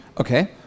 Okay